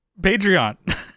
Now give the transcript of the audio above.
Patreon